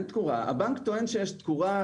הבנק טוען שיש תקורה.